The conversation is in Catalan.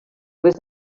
res